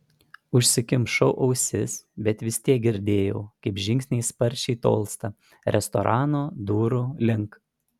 užsikimšau ausis bet vis tiek girdėjau kaip žingsniai sparčiai tolsta restorano durų link